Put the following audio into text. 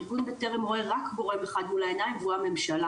ארגון בטרם רואה רק גורם אחד מול העיניים והוא הממשלה.